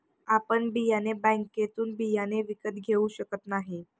आपण बियाणे बँकेतून बियाणे विकत घेऊ शकत नाही